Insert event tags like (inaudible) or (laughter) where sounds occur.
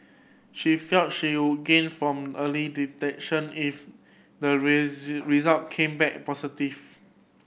she felt she would gain from early detection if the (unintelligible) result came back positive